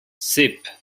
sep